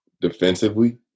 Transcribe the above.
defensively